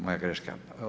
Moja greška.